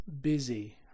busy